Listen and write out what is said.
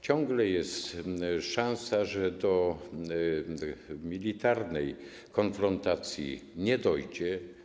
Ciągle jest szansa, że do militarnej konfrontacji nie dojdzie.